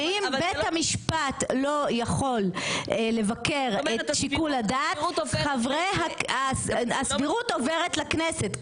שאם בית המשפט לא יכול לבקר את שיקול הדעת הסבירות עוברת לכנסת.